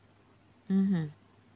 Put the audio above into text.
mmhmm